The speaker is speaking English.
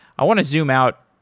i want to zoom out.